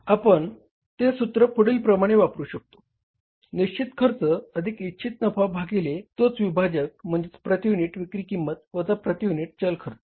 आपण ते सूत्र पुढील प्रमाणे वापरू शकतो निश्चित खर्च अधिक इच्छित नफा भागिले तोच विभाजक म्हणजेच प्रती युनिट विक्री किंमत वजा प्रती युनिट चल खर्च